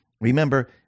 Remember